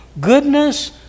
Goodness